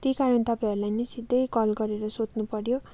त्यही कारण तपाईँहरूले नि सिधै कल गरेर सोध्नु पर्यो